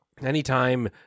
Anytime